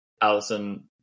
Allison